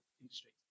industry